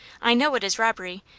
i know it is robbery,